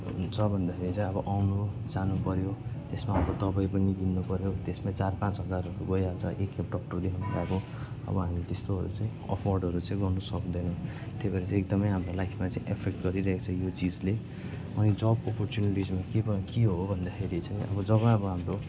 हुन्छ भन्दाखेरि चाहिँ अब आउनु जानुपऱ्यो त्यसमा अब दवाई पनि किन्नुपऱ्यो त्यसमै चार पाँच हजारहरू गइहाल्छ एकखेप डाक्टर देखाउनु गएको अब हामी त्यस्तोहरू चाहिँ अफोर्डहरू चाहिँ गर्नु सक्दैन त्यही भएर चाहिँ एकदमै हाम्रो लाइफमा चाहिँ इफेक्ट गरिरहेको छ यो चिजले अनि जब अपर्चुनिटिसहरू के भयो के हो भन्दाखेरि चाहिँ अब जब अब हाम्रो